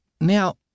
now